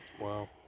Wow